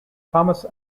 thomas